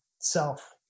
self